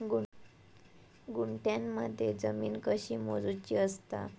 गुंठयामध्ये जमीन कशी मोजूची असता?